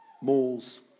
malls